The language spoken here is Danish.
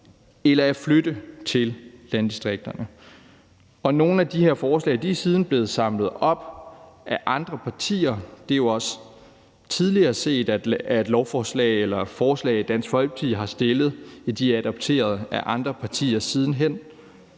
eller at flytte til landdistrikterne. Nogle af de her forslag er siden blevet samlet op af andre partier, og det er jo også tidligere set, at forslag, Dansk Folkeparti har fremsat, er blevet adopteret af andre partier siden hen;